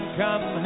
come